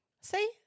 See